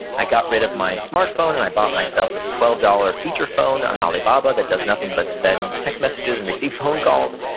i got rid of my smartphone and i bought myself this twelve dollars feature phone on alibaba that does nothing but send text messages and receive phone calls.